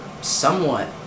somewhat